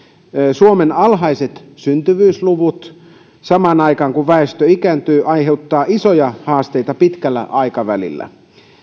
suomen alhaiset syntyvyysluvut samaan aikaan kun väestö ikääntyy aiheuttavat isoja haasteita pitkällä aikavälillä